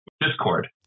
Discord